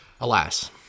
Alas